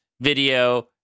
video